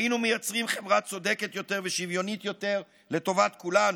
היינו מייצרים חברה צודקת יותר ושוויונית יותר לטובת כולנו.